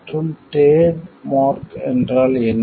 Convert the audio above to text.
மற்றும் trade mark என்றால் என்ன